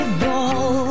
ball